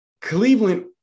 Cleveland